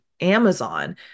Amazon